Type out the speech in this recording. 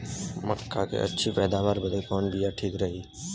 मक्का क अच्छी पैदावार बदे कवन बिया ठीक रही?